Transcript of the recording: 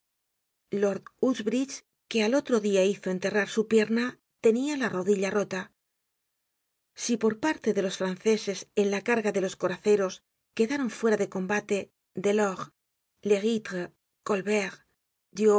que al otro dia hizo enterrar su pierna tenia la rodilla rota si por parte de los franceses en la carga de los coraceros quedaron fuera de combate delord l'hcritres colbert